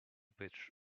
pitch